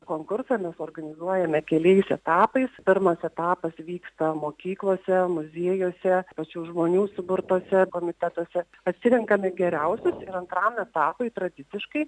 konkursą mes organizuojame keliais etapais pirmas etapas vyksta mokyklose muziejuose pačių žmonių suburtose komitetuose atsirenkame geriausius ir antram etapui tradiciškai